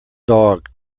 dog